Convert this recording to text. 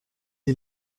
est